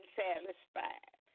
satisfied